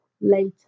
later